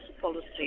policy